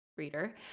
reader